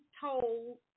told